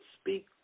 speak